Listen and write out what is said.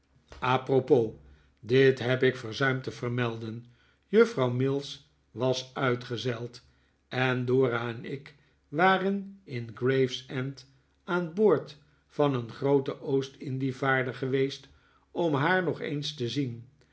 propos dit heb ik verzuimd te vermelden juffrouw mills was uitgezeild en dora en ik waren in gravesend aan boord van een grooten oostindievaarder geweest om haar nog eens te zien